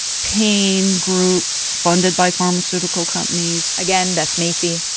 pain groups funded by pharmaceutical companies. again, beth macy.